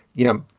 you know,